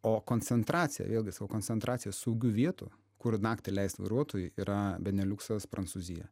o koncentracija vėlgi sakau koncentracija saugių vietų kur naktį leist vairuotojui yra beneliuksas prancūzija